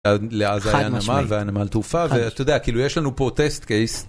לעזה היה נמל והיה נמל תעופה, ואתה יודע, כאילו, יש לנו פה טסט קייס.